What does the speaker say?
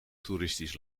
toeristisch